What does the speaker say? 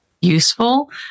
useful